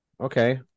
Okay